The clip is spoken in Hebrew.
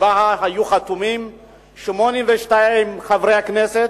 שהיו חתומים עליה 82 חברי כנסת,